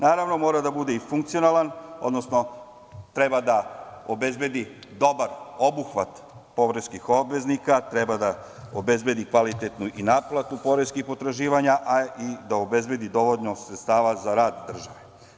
Naravno, mora da bude i funkcionalan, odnosno treba da obezbedi dobar obuhvat poreskih obveznika, treba da obezbedi kvalitetnu i naplatu poreskih potraživanja, a i da obezbedi dovoljno sredstava za rad države.